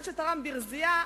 אחד שתרם ברזייה,